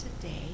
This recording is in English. today